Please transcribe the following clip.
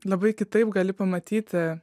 labai kitaip gali pamatyt